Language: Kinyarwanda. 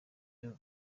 iyo